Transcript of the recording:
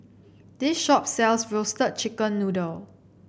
this shop sells Roasted Chicken Noodle